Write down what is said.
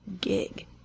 gig